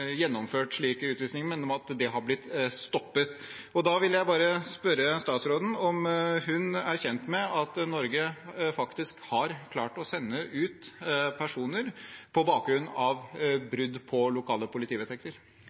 gjennomført slike utvisninger, men det har blitt stoppet. Jeg vil spørre statsråden om hun kjenner til at Norge har klart å sende ut personer på bakgrunn av brudd på lokale politivedtekter.